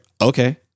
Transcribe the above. okay